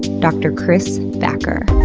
dr. chris thacker.